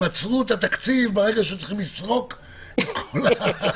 הן עצרו את התקציב ברגע שצריכים לסרוק את הכול.